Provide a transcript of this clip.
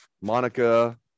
Monica